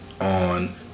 on